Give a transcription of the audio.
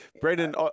Brendan